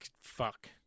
fuck